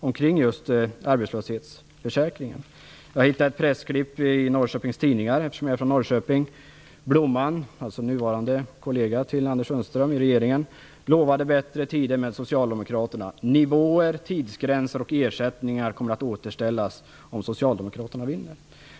Eftersom jag kommer från Norrköping har jag hittat ett pressklipp från Norrköpings tidningar. "Blomman", nuvarande kollega till Anders Sundström i regeringen, lovade bättre tider med Socialdemokraterna. Nivåer, tidsgränser och ersättningar kommer att återställas om Socialdemokraterna vinner.